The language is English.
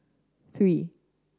three